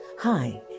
Hi